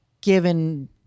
given